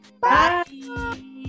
Bye